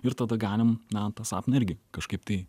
ir tada galim na tą sapną irgi kažkaip tai